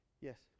Yes